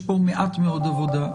יש פה מעט מאוד עבודה.